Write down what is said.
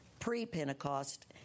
pre-pentecost